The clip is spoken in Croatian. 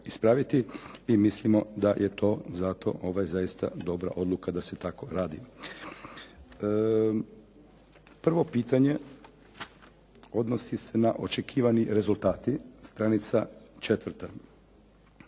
ispraviti i mislimo da je zato zaista dobra odluka da se tako radi. Prvo pitanje odnosi se na očekivani rezultati, stranica četvrta.